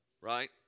right